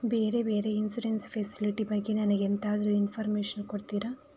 ಬೇರೆ ಬೇರೆ insurance facility ಬಗ್ಗೆ ನನಗೆ ಎಂತಾದ್ರೂ ಇನ್ಫೋರ್ಮೇಷನ್ ಕೊಡ್ತೀರಾ?